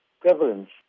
prevalence